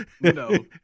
No